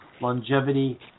Longevity